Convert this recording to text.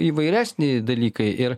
įvairesni dalykai ir